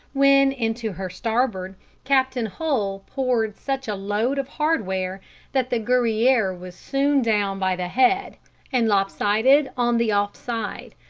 when into her starboard captain hull poured such a load of hardware that the guerriere was soon down by the head and lop-sided on the off side.